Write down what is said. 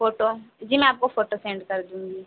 photo जी मैं आपको फोटो सेंड कर दूँगी